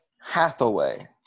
Hathaway